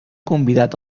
convidat